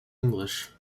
english